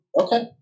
Okay